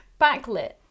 backlit